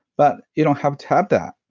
but you don't have to have that.